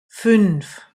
fünf